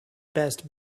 best